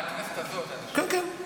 על הכנסת הזאת אני שואל.